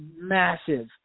massive